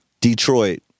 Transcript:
Detroit